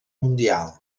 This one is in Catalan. mundial